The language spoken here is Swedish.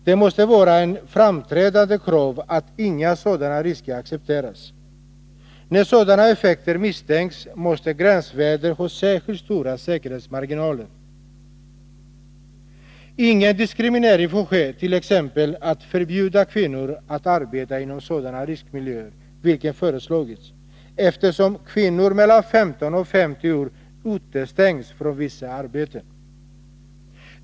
Det måste vara ett framträdande krav att inga sådana risker accepteras. När sådana effekter misstänks måste gränsvärdena ha särskilt stora säkerhetsmarginaler. Ingen diskriminering får ske, t.ex. genom att förbjuda kvinnor att arbeta inom sådana riskmiljöer, vilket föreslagits, eftersom kvinnor mellan 15 och 50 år utestängs från vissa arbeten.